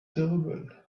terrible